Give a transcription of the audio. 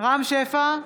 רם שפע,